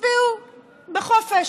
ותצביעו בחופש,